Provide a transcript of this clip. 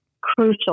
crucial